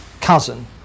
cousin